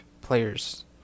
players